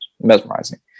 Mesmerizing